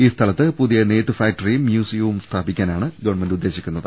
ഈ സ്ഥലത്ത് പുതിയുനെയ്ത്തു ഫാക്ടറിയും മ്യൂസിയവും സ്ഥാപിക്കാനാണ് ഗവൺമെന്റ് ഉദ്ദേശിക്കുന്നത്